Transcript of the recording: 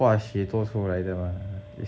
化学做出来的吗